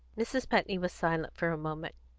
mrs. putney was silent for a moment.